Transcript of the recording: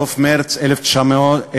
סוף מרס 2016?